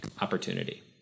opportunity